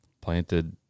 planted